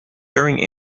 during